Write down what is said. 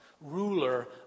ruler